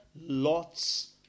Lot's